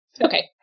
Okay